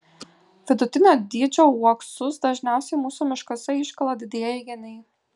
vidutinio dydžio uoksus dažniausiai mūsų miškuose iškala didieji geniai